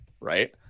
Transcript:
right